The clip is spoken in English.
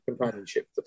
companionship